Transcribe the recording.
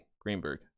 Greenberg